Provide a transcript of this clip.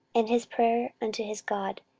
and his prayer unto his god,